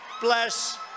bless